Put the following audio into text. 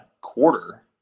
quarter